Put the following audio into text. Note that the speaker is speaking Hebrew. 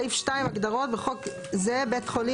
הגדרות 2. בחוק זה - "בית חולים"